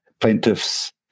plaintiffs